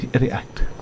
react